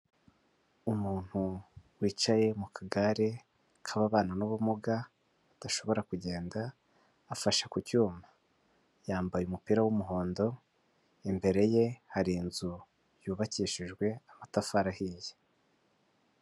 Umuntu wicaye mu kagare k'ababana n'ubumuga udashobora kugenda afashe ku cyuma, yambaye umupira w'umuhondo imbere ye hari inzu yubakishijwe amatafari ahiye.